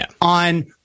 on